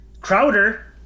Crowder